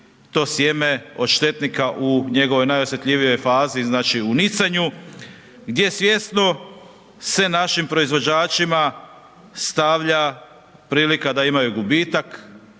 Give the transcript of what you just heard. to sjeme od štetnika u njegovoj najosjetljivijom fazi, znači u nicanju, gdje svjesno se našim proizvođačima stavlja prilika da imaju gubitak